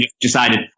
decided